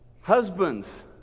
Husbands